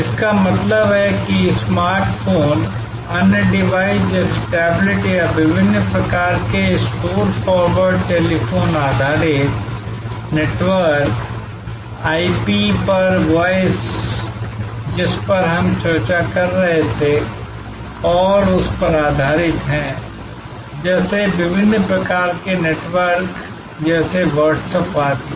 इसका मतलब है कि स्मार्ट फोन अन्य डिवाइस जैसे टैबलेट या विभिन्न प्रकार के स्टोर फॉरवर्ड टेलीफोन आधारित नेटवर्क आईपी पर वॉयस जिस पर हम चर्चा कर रहे थे और उस पर आधारित हैं जैसे विभिन्न प्रकार के नेटवर्क जैसे व्हाट्सएप आदि